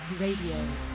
Radio